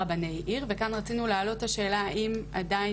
וכאן רצינו להעלות את השאלה האם עדיין